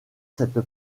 cette